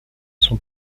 son